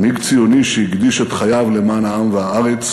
מנהיג ציוני שהקדיש את חייו למען העם והארץ